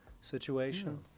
situation